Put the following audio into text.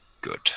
good